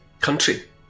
country